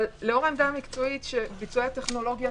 לאור העמדה המקצועית שביצועי הטכנולוגיות